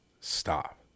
stop